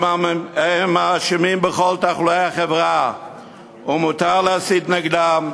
הם האשמים בכל תחלואי החברה ומותר להסית נגדם,